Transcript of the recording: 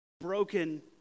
broken